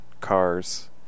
cars